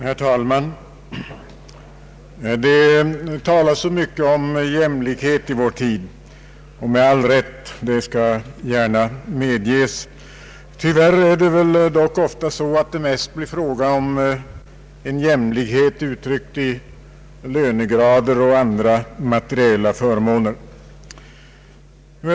Herr talman! Det talas så mycket om jämlikhet i vår tid — med all rätt, det skall gärna medges. Tyvärr är det väl dock ofta så att det mest blir fråga om en jämlikhet uttryckt i lönegrader och andra materiella förmåner.